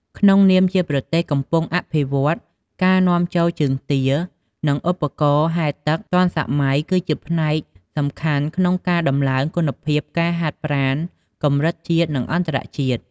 ក្នុងនាមជាប្រទេសកំពុងអភិវឌ្ឍ ការនាំចូលជើងទា និងឧបករណ៍ហែលទឹកទាន់សម័យគឺជាផ្នែកសំខាន់ក្នុងការដំឡើងគុណភាពការហាត់ប្រាណកម្រិតជាតិ និងអន្តរជាតិ។